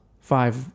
five